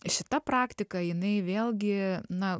šita praktika jinai vėlgi na